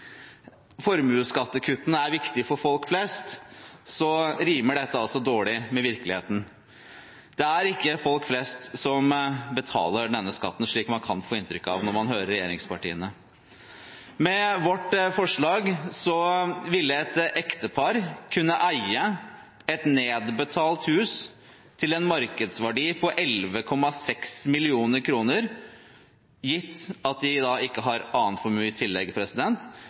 formuesskattekuttene er viktige for folk flest, rimer dette dårlig med virkeligheten. Det er ikke folk flest som betaler denne skatten, slik man kan få inntrykk av når man hører regjeringspartiene. Med vårt forslag ville et ektepar kunne eie et nedbetalt hus til en markedsverdi på 11,6 mill. kr uten å måtte betale formuesskatt, gitt at de ikke har annen formue i tillegg.